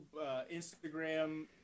Instagram